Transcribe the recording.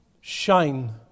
shine